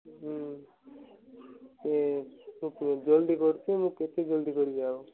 ହଁ ସେ ଜଲ୍ଦି କରୁଛି ମୁଁ କେତେ ଜଲ୍ଦି କରିବି ଆଉ